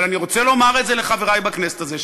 אבל אני רוצה לומר את זה לחברי בכנסת הזאת,